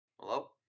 Hello